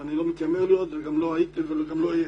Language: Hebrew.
ואני לא מתיימר להיות, אני לא הייתי וגם לא אהיה.